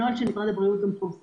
הנוהל של משרד הבריאות גם פורסם,